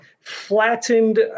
flattened